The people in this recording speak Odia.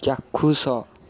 ଚାକ୍ଷୁସ